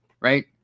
Right